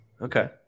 Okay